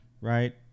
right